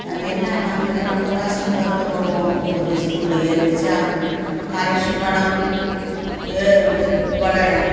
அது என்ன நாங்கள் நம்ம கஷ்ட வருத்தப்படுவோம் ஒரு இஸ்கூலில் எழுந்திரிச்சா காலர்ஷிப் பணம் ஏ